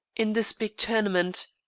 in this big tournament.